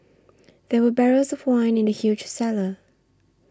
there were barrels of wine in the huge cellar